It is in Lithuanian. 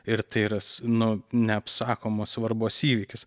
ir tai yra nu neapsakomos svarbos įvykis